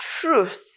truth